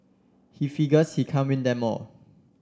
he figures he can't win them all